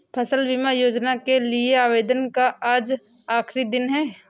फसल बीमा योजना के लिए आवेदन का आज आखरी दिन है